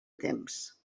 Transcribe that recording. temps